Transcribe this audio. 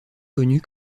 connu